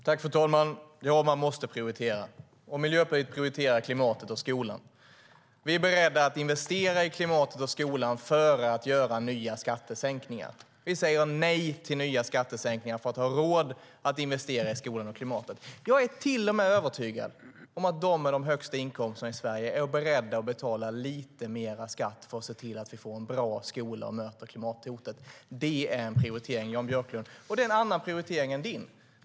Fru talman! Ja, man måste prioritera, och Miljöpartiet prioriterar klimatet och skolan. Vi är beredda att investera i klimatet och skolan före att införa nya skattesänkningar. Vi säger nej till nya skattesänkningar för att ha råd att investera i skolan och klimatet. Jag är till och med övertygad om att de med de högsta inkomsterna i Sverige är beredda att betala lite mer skatt för att se till att vi får en bra skola och att vi möter klimathotet. Det är en prioritering, Jan Björklund, och det är en annan prioritering än din.